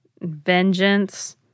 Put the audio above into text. vengeance